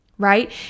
Right